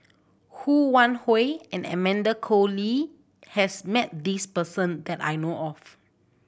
Ho Wan Hui and Amanda Koe Lee has met this person that I know of